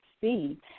see